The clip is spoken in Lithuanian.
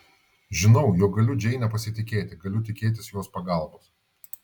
žinau jog galiu džeine pasitikėti galiu tikėtis jos pagalbos